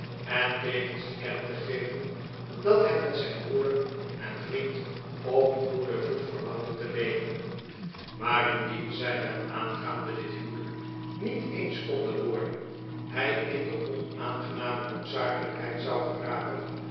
en tevens te kennen te geven dat hij met zijn broeder en vriend op goeden voet verlangde te leven maar indien zij het aangaande dit huwelijk niet eens konden worden hij in de onaangename noodzakelijkheid zou geraken